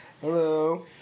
Hello